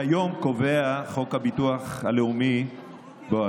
כיום קובע חוק הביטוח הלאומי כי